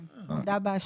כן, מודה באשמה.